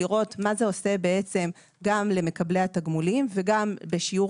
לראות מה זה עושה גם למקבלי התגמולים וגם בשיעור